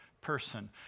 person